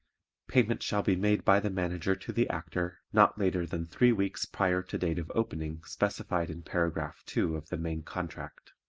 payment shall be made by the manager to the actor not later than three weeks prior to date of opening specified in paragraph two of the main contract.